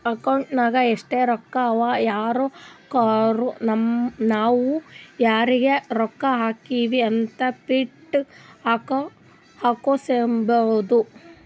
account ನಾಗ್ ಎಸ್ಟ್ ರೊಕ್ಕಾ ಅವಾ ಯಾರ್ ಹಾಕುರು ನಾವ್ ಯಾರಿಗ ರೊಕ್ಕಾ ಹಾಕಿವಿ ಅಂತ್ ಪ್ರಿಂಟ್ ಹಾಕುಸ್ಕೊಬೋದ